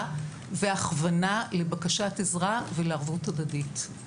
והכוונה לבקשת עזרה ולערבות הדדית.